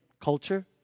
culture